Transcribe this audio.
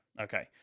Okay